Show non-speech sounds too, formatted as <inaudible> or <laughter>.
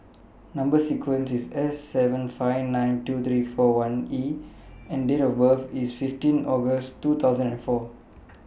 Number sequence IS S seven five nine two three four one E <noise> and Date of birth IS fifteen August two thousand and four